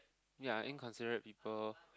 ya inconsiderate people